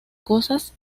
cosas